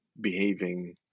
behaving